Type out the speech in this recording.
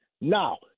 Now